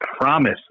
promise